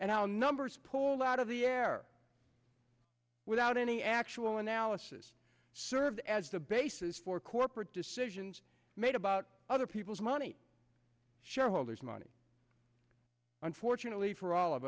how numbers pulled out of the air without any actual analysis serves as the basis for corporate decisions made about other people's money shareholders money unfortunately for all of